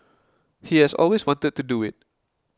he has always wanted to do it